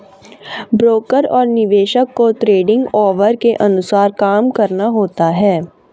broker और निवेशक को ट्रेडिंग ऑवर के अनुसार काम करना होता है